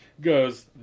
goes